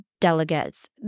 delegates